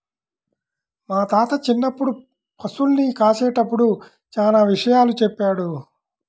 మా తాత చిన్నప్పుడు పశుల్ని కాసేటప్పుడు చానా విషయాలు చెప్పాడు